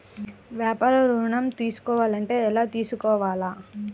వ్యాపార ఋణం తీసుకోవాలంటే ఎలా తీసుకోవాలా?